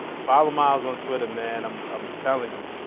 follow myles on twitter man, i'm um telling you.